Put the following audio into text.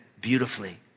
beautifully